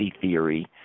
theory